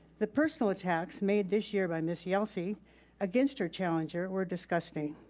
the personal attacks made this year by ms. yelsey against her challenger were disgusting.